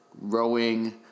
rowing